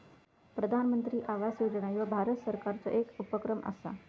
प्रधानमंत्री आवास योजना ह्यो भारत सरकारचो येक उपक्रम असा